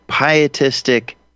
pietistic